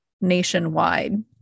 nationwide